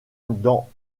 dans